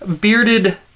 bearded